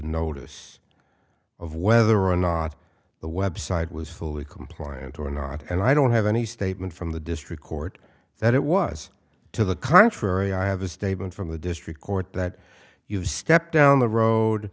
notice of whether or not the website was fully compliant or not and i don't have any statement from the district court that it was to the contrary i have a statement from the district court that you've stepped down the road